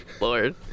Lord